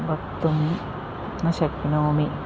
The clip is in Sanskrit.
वक्तुं न शक्नोमि